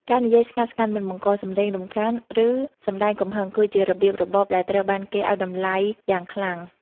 ការនិយាយស្ងាត់ៗ មិនបង្កសំឡេងរំខាន ឬសម្ដែងកំហឹង គឺជារបៀបរបបដែលត្រូវបានគេឱ្យតម្លៃយ៉ាងខ្លាំង។